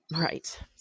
right